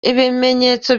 ibimenyetso